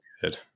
good